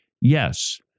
Yes